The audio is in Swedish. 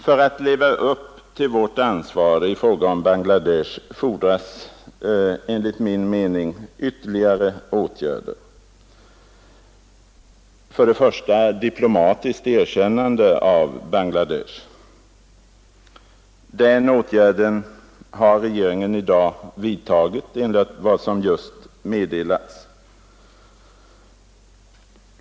För att vi skall kunna leva upp till vårt ansvar i fråga om Bangladesh behövs enligt min mening ytterligare åtgärder. För det första fordras diplomatiskt erkännande av Bangladesh. Den åtgärden har regeringen i dag vidtagit enligt vad som just meddelats.